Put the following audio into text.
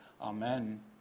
Amen